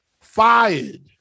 fired